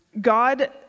God